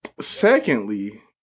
secondly